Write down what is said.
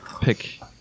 pick